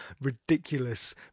ridiculous